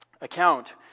account